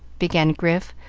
began grif,